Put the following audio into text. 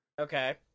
okay